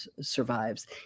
survives